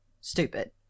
stupid